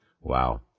Wow